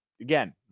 Again